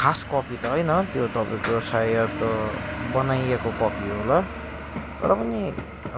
खास कपी त होइन त्यो तपाईँको सायद बनाइएको कपी होला तर पनि